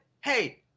Hey